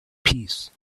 peace